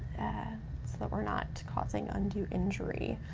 so that we're not causing undue injury.